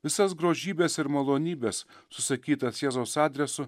visas grožybes ir malonybes susakytas jėzaus adresu